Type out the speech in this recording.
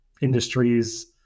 industries